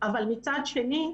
אבל מצד שני,